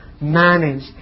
manage